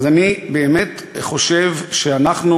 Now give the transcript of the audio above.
אז אני באמת חושב שאנחנו,